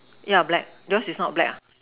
yeah black yours is not black ah